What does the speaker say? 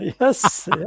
yes